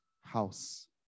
house